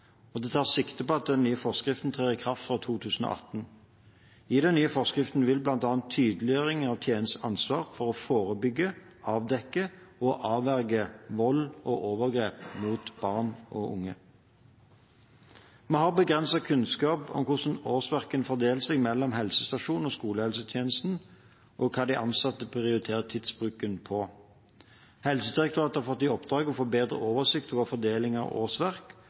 og det tas sikte på at den nye forskriften trer i kraft fra 2018. I den nye forskriften er det bl.a. en tydeliggjøring av tjenestens ansvar for å forebygge, avdekke og avverge vold og overgrep mot barn og unge. Vi har begrenset kunnskap om hvordan årsverkene fordeler seg mellom helsestasjonen og skolehelsetjenesten, og hva de ansatte prioriterer tidsbruken på. Helsedirektoratet har fått i oppdrag å få bedre oversikt over fordeling av årsverk,